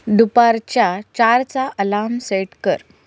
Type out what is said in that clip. दुपारच्या चारचा alarm set कर